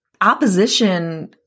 opposition